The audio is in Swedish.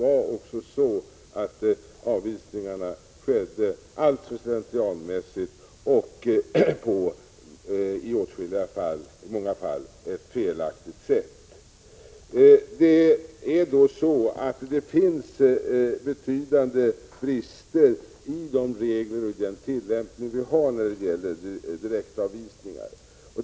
Avvisningarna skedde alltför slentrianmässigt och i många fall på ett felaktigt sätt. Det finns betydande brister i de regler och i den tillämpning som vi har när det gäller direktavvisningar.